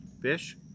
Fish